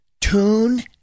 tune